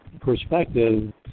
perspective